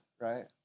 right